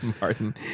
Martin